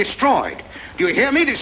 destroyed you hear me